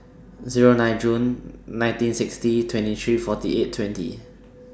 Zero nine June nineteen sixty twenty three forty eight twenty